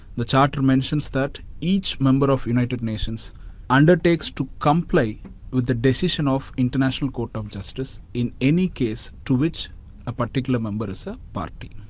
the charter mentions that each member of united nations undertakes to comply with the decision of international court of justice, in any case, to which a particular member is a party.